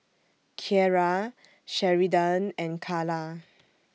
Kierra Sheridan and Kala